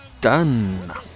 Done